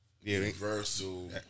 Universal